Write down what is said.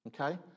Okay